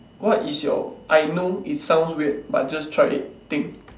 what is your I know it's sounds weird but just try it think